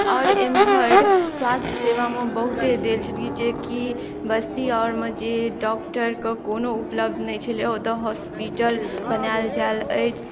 आओर एमहर स्वास्थ्य सेवामे बहुते देल छलै जेकि बस्ती आओर मे जे डॉक्टरके कोनो उपलब्ध नहि छलै ओतय हॉस्पिटल बनायल जाएल अछि